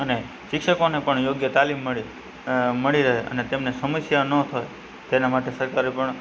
અને શિક્ષકોને પણ યોગ્ય તાલિમ મળે અ મળી રહે અને તેમને સમસ્યા ન થાય તેના માટે સરકારે પણ